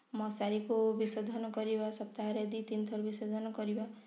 ମଶାରୀକୁ ବିଶୋଧନ କରିବା ସପ୍ତାହରେ ଦୁଇ ତିନି ଥର ବିଶୋଧନ କରିବା